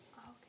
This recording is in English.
Okay